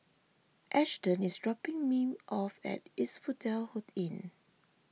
Ashton is dropping me off at Asphodel Inn